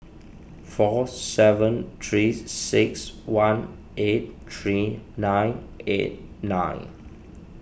four seven three six one eight three nine eight nine